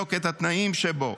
לבדוק את התנאים שבו,